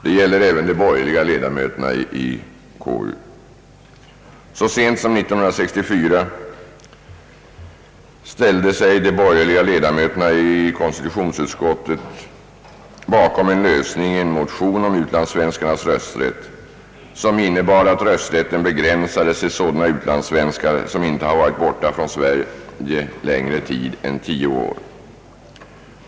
Detta gäller även de borgerliga ledamöterna i konstitutionsutskottet. Så sent som 1964 ställde sig de borgerliga ledamöterna i konstitutionsutskottet bakom en lösning i en motion om utlandssvenskarnas rösträtt som innebar att rösträtten begränsades till sådana utlandssvenskar som inte varit borta från Sverige längre tid än tio år.